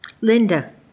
Linda